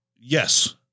Yes